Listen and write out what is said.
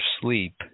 sleep